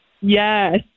Yes